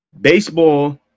Baseball